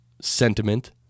sentiment